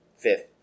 fifth